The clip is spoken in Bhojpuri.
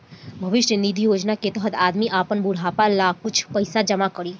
भविष्य निधि योजना के तहत आदमी आपन बुढ़ापा ला कुछ पइसा जमा करी